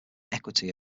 equity